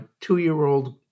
two-year-old